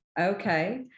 Okay